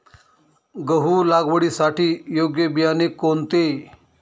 गहू लागवडीसाठी योग्य बियाणे कोणते?